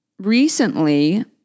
recently